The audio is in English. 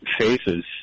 faces